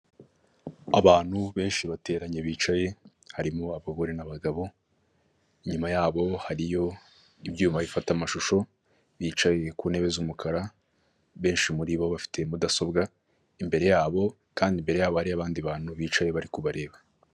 Abantu benshi bateranye bicaye harimo abagore n'abagabo inyuma yabo hariyo ibyuma bifata amashusho bicaye ku ntebe z'umukara benshi muri bo bafite mudasobwa imbere yabo kandi imbere hariyo abandi bantu bicaye bari kubareba.